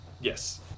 Yes